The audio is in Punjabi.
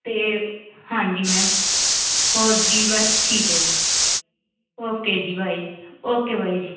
ਅਤੇ ਹਾਂਜੀ ਮੈਮ ਹੋਰ ਜੀ ਬਸ ਠੀਕ ਹੈ ਜੀ ਓਕੇ ਜੀ ਬਾਏ ਓਕੇ ਬਾਏ ਜੀ